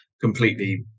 completely